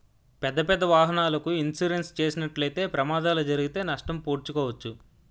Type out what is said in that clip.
పెద్దపెద్ద వాహనాలకు ఇన్సూరెన్స్ చేసినట్లయితే ప్రమాదాలు జరిగితే నష్టం పూడ్చుకోవచ్చు